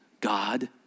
God